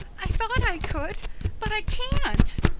i thought i could but i can't.